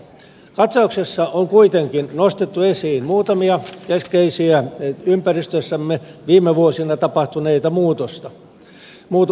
katsauksessa on kuitenkin nostettu esiin muutamia keskeisiä ympäristössämme viime vuosina tapahtuneita muutoksia